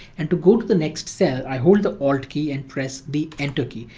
and to go to the next cell i hold the alt key and press the enter key.